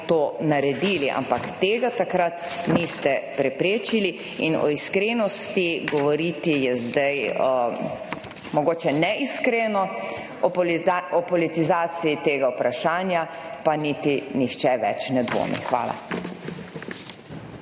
to naredili, ampak tega takrat niste preprečili in o iskrenosti govoriti, je zdaj mogoče neiskreno, o politizaciji tega vprašanja pa niti nihče več ne dvomi. Hvala.